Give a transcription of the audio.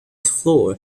floor